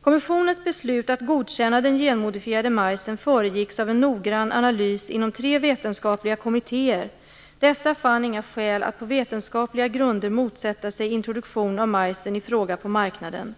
Kommissionens beslut att godkänna den genmodifierade majsen föregicks av en noggrann analys inom tre vetenskapliga kommittéer. Dessa fann inga skäl att på vetenskapliga grunder motsätta sig introduktion av majsen i fråga på marknaden.